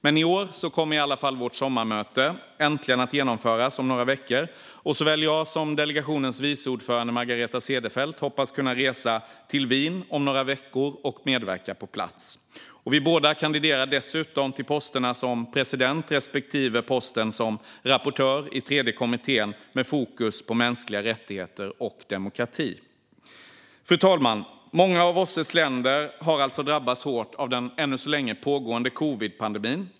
I år kommer i alla fall vårt sommarmöte äntligen att genomföras om några veckor, och såväl jag som delegationens vice ordförande Margareta Cederfelt hoppas kunna resa till Wien och medverka på plats. Vi båda kandiderar dessutom till posterna som president respektive rapportör i tredje kommittén med fokus på mänskliga rättigheter och demokrati. Fru talman! Många av OSSE:s länder har drabbats hårt av den ännu så länge pågående covidpandemin.